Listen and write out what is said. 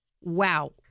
Wow